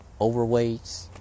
overweights